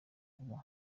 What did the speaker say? vuba